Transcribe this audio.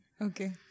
Okay